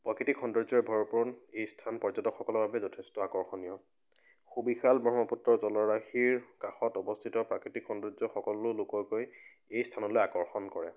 প্ৰাকৃতিক সৌৰ্যৰ ভৰপূৰণ এই স্থান পৰ্যটকসকলৰ বাবে যথেষ্ট আকৰ্ষণীয় সুবিশাল ব্ৰহ্মপুত্ৰৰ জলৰাশীৰ কাষত অৱস্থিত প্ৰাকৃতিক সৌন্দৰ্য সকলো লোকলৈ এই স্থানলৈ আকৰ্ষণ কৰে